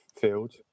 field